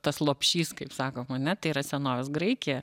tas lopšys kaip sakom ane tai yra senovės graikija